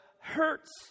hurts